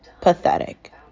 pathetic